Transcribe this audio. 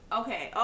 okay